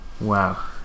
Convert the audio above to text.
wow